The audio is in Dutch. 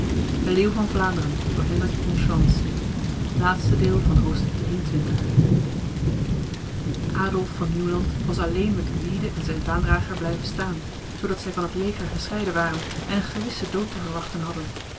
adolf van nieuwland was alleen met gwyde en zijn vaandrager blijven staan zodat zij van het leger gescheiden waren en een gewisse dood te verwachten hadden